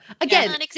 again